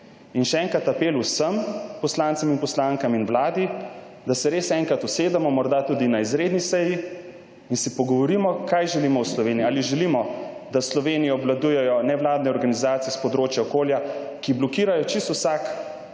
In še enkrat apel vsem poslancem in poslankam ter vladi, da se res enkrat usedemo, morda tudi na izredni seji, in se pogovorimo, kaj želimo v Sloveniji. Ali želimo, da Slovenijo obvladujejo nevladne organizacije s področja okolja, ki blokirajo čisto vsak